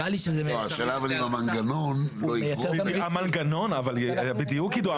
אבל השאלה אם המנגנון לא יגרום לכך --- בדיוק עידו,